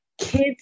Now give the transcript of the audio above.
Kids